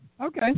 Okay